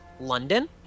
London